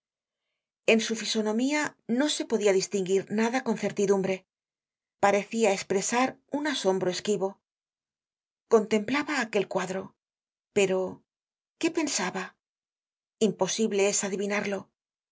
en su fisonomía no se podia distinguir nada con certidumbre parecia espresar un asombro esquivo contemplaba aquel cuadro pero qué pensaba imposible es adivinarlo